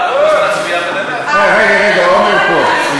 אה, רגע, עמר פה.